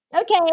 Okay